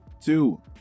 Two